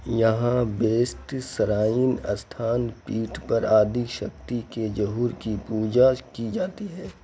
یہاں بیسٹ سرائین استھان پیٹھ پر آدھی شکتی کے ظہور کی پوجا کی جاتی ہے